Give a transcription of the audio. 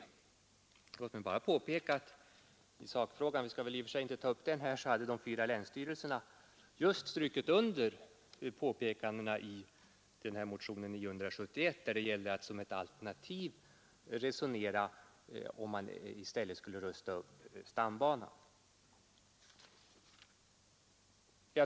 Låt mig bara påpeka i sakfrågan — vi skall väl i och för sig inte ta upp den — att de fyra länsstyrelserna just hade strukit under påpekandena i motionen 971 när det gällde att som ett alternativ undersöka om huruvida man i stället skulle rusta upp stambanan.